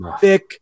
thick